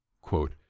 quote